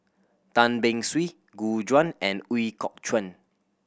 Tan Beng Swee Gu Juan and Ooi Kok Chuen